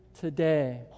today